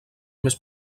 més